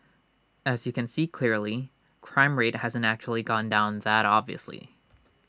as you can see clearly crime rate hasn't actually gone down that obviously